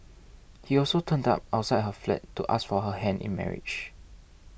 he also turned up outside her flat to ask for her hand in marriage